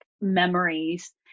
memories